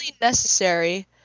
necessary